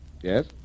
Yes